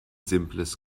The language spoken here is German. simples